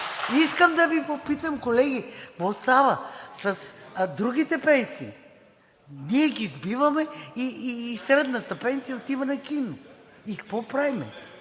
искам да Ви попитам, колеги: какво става с другите пенсии – ние ги сбиваме и средната пенсия отива на кино?! Какво правим?